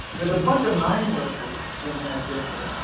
there's a bunch of mine workers in that district.